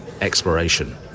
exploration